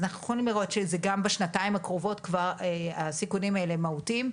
אז אנחנו יכולים לראות שגם בשנתיים הקרובות הסיכונים האלה מהותיים,